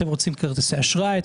אתם רוצים כרטיסי אשראי,